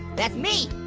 that's me.